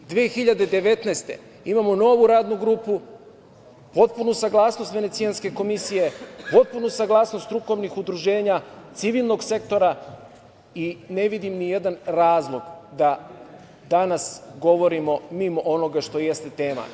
Godine 2019. imamo novu radnu grupu, potpunu saglasnost Venecijanske komisije, potpunu saglasnost strukovnih udruženja, civilnog sektora i ne vidim ni jedan razlog da danas govorimo mimo onoga što jeste tema.